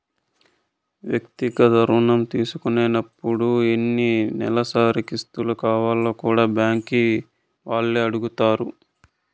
వ్యక్తిగత రుణం తీసుకున్నపుడు ఎన్ని నెలసరి కిస్తులు కావాల్నో కూడా బ్యాంకీ వాల్లే అడగతారు